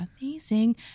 amazing